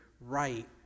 right